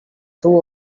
two